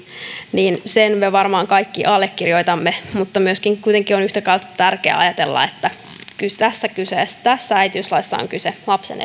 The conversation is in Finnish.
sen me varmaan kaikki allekirjoitamme mutta myöskin on yhtä tärkeää ajatella että tässä äitiyslaissa on kyse lapsen